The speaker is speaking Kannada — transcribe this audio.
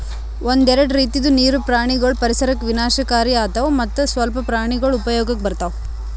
ಒಂದೆರಡು ರೀತಿದು ನೀರು ಪ್ರಾಣಿಗೊಳ್ ಪರಿಸರಕ್ ವಿನಾಶಕಾರಿ ಆತವ್ ಮತ್ತ್ ಸ್ವಲ್ಪ ಪ್ರಾಣಿಗೊಳ್ ಉಪಯೋಗಕ್ ಬರ್ತವ್